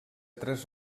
tres